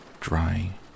dry